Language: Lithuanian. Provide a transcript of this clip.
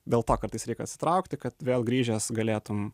dėl to kartais reik atsitraukti kad vėl grįžęs galėtum